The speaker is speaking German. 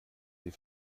die